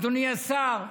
אדוני השר,